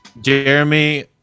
Jeremy